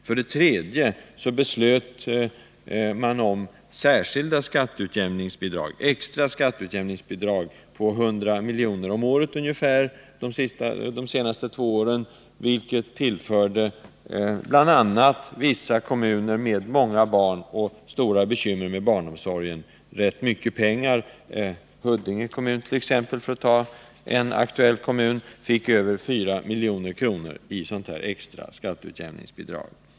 För det tredje beslöt man om extra skatteutjämningsbidrag på ungefär 100 milj.kr. om året de senaste två åren, vilket tillförde vissa kommuner med många barn och stora bekymmer med barnomsorgen rätt mycket pengar. T. ex. Huddinge kommun, för att ta en aktuell kommun, fick över 4 milj.kr. i extra skatteutjämningsbidrag.